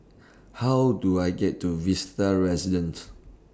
How Do I get to Vista Residences